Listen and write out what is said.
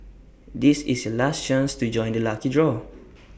this is your last chance to join the lucky draw